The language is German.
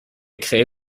creme